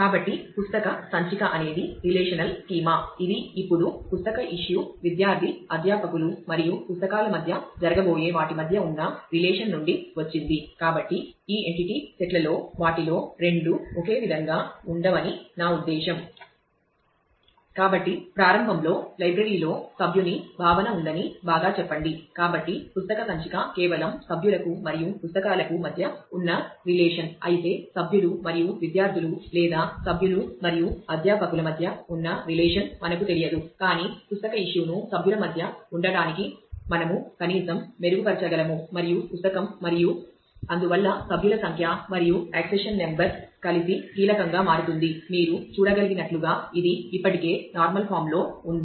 కాబట్టి పుస్తక సంచిక అనేది రిలేషనల్ స్కీమా మనకు తెలియదు కాని పుస్తక ఇష్యూను సభ్యుల మధ్య ఉండటానికి మనము కనీసం మెరుగుపరచగలము మరియు పుస్తకం మరియు అందువల్ల సభ్యుల సంఖ్య మరియు ఆక్సిషన్ నెంబర్ కలిసి కీలకంగా మారుతుంది మీరు చూడగలిగినట్లుగా ఇది ఇప్పటికే నార్మల్ ఫామ్ లో ఉంది